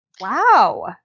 Wow